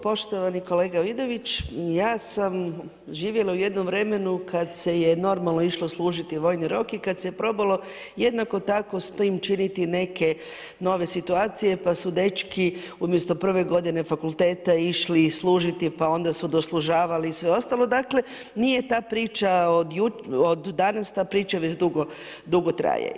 Poštovani kolega Vidović, ja sam živjela u jednom vremenu kad se je normalno išlo služiti vojni rok i kad se probalo jednako tako s tim činiti neke nove situacije pa su dečki umjesto prve godine fakulteta išli služiti pa onda su doslužavali i sve ostalo, dakle nije ta priča od danas, ta priča već dugo traje.